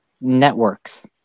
networks